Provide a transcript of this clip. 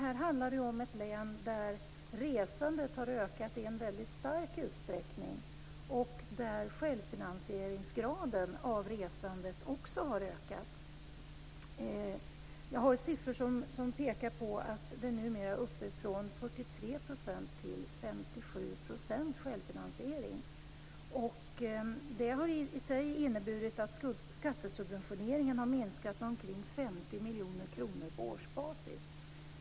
Det här handlar om ett län där resandet har ökat i stor utsträckning och där självfinansieringsgraden av resandet också har ökat. Jag har siffror som pekar på att det numera är uppemot 43-57 % självfinansiering. Det har i sig inneburit att skattesubventioneringen har minskat med omkring 50 miljoner kronor på årsbasis.